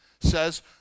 says